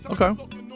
Okay